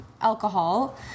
alcohol